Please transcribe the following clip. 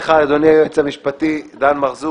אז אם אדוני ייעץ לי - אשקול אם להסכים או לא להסכים.